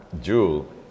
jewel